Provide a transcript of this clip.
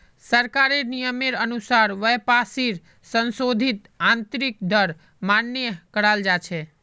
सरकारेर नियमेर अनुसार वापसीर संशोधित आंतरिक दर मान्य कराल जा छे